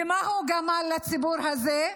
במה הוא גמל לציבור הזה?